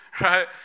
Right